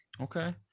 Okay